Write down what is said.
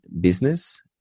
business